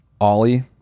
Ollie